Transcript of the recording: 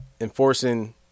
enforcing